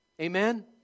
amen